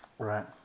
Right